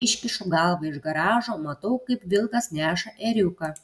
iškišu galvą iš garažo matau kaip vilkas neša ėriuką